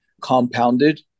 compounded